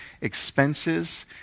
expenses